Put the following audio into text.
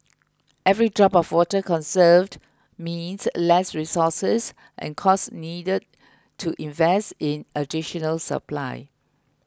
every drop of water conserved means less resources and costs needed to invest in additional supply